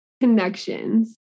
connections